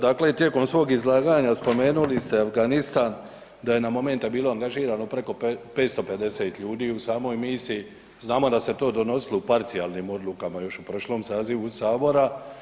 Dakle i tijekom svog izlaganja spomenuli ste Afganistan, da je na momente bilo angažirano preko 550 ljudi u samoj misiji, znamo da se to donosilo u parcijalnim odlukama još u prošlom sazivu Sabora.